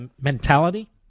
mentality